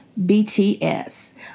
BTS